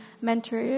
mentor